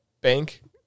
bank